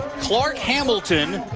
clark hamilton